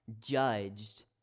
judged